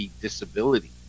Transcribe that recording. disability